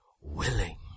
willing